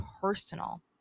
personal